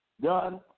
done